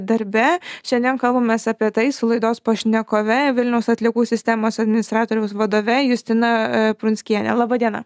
darbe šiandien kalbamės apie tai su laidos pašnekove vilniaus atliekų sistemos administratoriaus vadove justina prunskiene laba diena